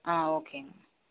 ஆ ஓகேங்க